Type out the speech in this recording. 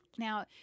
Now